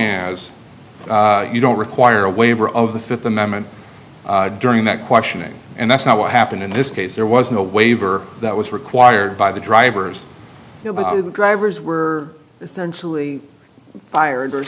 as you don't require a waiver of the fifth amendment during that questioning and that's not what happened in this case there was no waiver that was required by the drivers drivers were essentially fired or